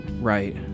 Right